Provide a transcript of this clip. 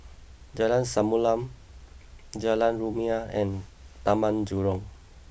Jalan Samulun Jalan Rumia and Taman Jurong